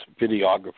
videographer